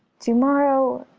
tomorrow,